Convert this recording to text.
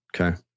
Okay